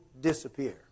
disappear